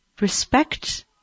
respect